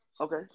Okay